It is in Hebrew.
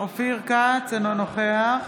אינו נוכח